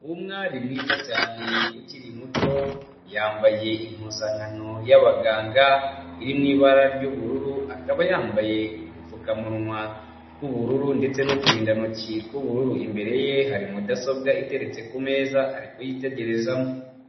Umwari mwiza cyane ukiri muto, yambaye impuzankano y'abaganga iri mu ibara ry'ubururu akaba yambaye udupfukamunwa tw'ubururu ndetse n'uturindantoki tw'ubururu, imbere ye hari mudasobwa iteretse ku meza ari kuyitegerezamo.